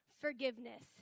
forgiveness